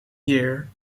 year